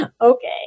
Okay